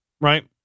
right